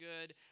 good